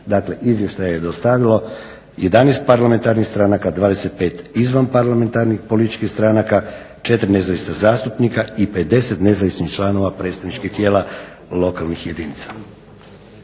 Dakle izvještaj je dostavilo 11 parlamentarnih stranaka, 25 izvanparlamentarnih političkih stranaka, 4 nezavisna zastupnika i 50 nezavisnih članova predstavničkih tijela lokalnih jedinica.